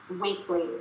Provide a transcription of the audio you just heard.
weekly